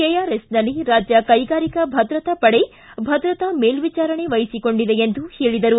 ಕೆಆರ್ಎಸ್ನಲ್ಲಿ ರಾಜ್ಯ ಕೈಗಾರಿಕಾ ಭದ್ರತಾ ಪಡೆ ಭದ್ರತಾ ಮೇಲ್ವಿಚಾರಣೆ ವಹಿಸಿಕೊಂಡಿದೆ ಎಂದು ಹೇಳಿದರು